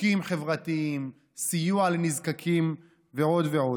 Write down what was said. חוקים חברתיים, סיוע לנזקקים ועוד ועוד.